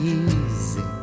easy